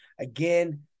Again